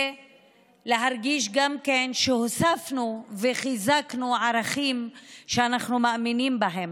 ולהרגיש שגם הוספנו וחיזקנו ערכים שאנחנו מאמינים בהם.